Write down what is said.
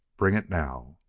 bring it now!